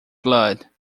blood